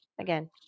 again